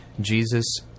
Jesus